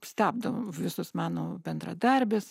stabdo visos mano bendradarbės